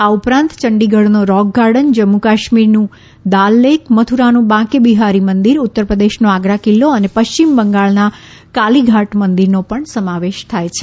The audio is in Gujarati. આ ઉપરાંત ચંડીગઢનો રોક ગાર્ડન જમ્મુ કાશ્મીરન ું દલ લેક મથુરાનું બાંકી બિહારી મંદિર ઉત્તર પ્રદેશનો આગ્રા કિલ્લો અને પશ્ચિમ બંગાળના કાલિઘાટ મંદિરનો પણ સમાવેશ થાય છે